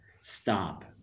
stop